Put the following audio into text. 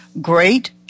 great